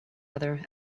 other